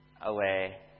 away